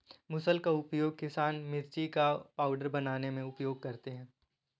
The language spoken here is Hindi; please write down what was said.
मुसल का उपयोग किसान मिर्ची का पाउडर बनाने में उपयोग करते थे